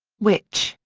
which,